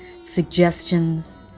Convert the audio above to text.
suggestions